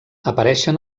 apareixen